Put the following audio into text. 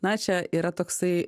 na čia yra toksai